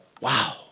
wow